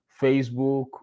Facebook